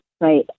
right